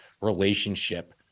relationship